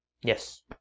yes